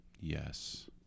Yes